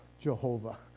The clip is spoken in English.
Jehovah